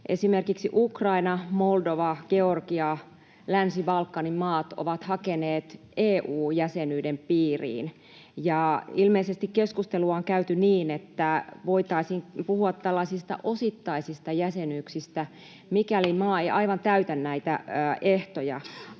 Esimerkiksi Ukraina, Moldova, Georgia ja Länsi-Balkanin maat ovat hakeneet EU-jäsenyyden piiriin, ja ilmeisesti keskustelua on käyty niin, että voitaisiin puhua osittaisista jäsenyyksistä, mikäli maa ei aivan täytä näitä ehtoja.